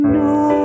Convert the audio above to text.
no